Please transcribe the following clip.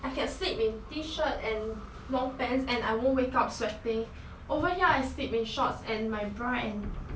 I can sleep in t-shirt and long pants and I won't wake up sweating over here I sleep in shorts and my bra and